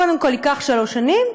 קודם כול ייקח שלוש שנים,